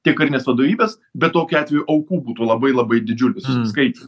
tiek karinės vadovybės bet tokiu atveju aukų būtų labai labai didžiulis skaičius